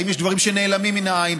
האם יש דברים שנעלמים מן העין?